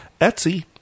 Etsy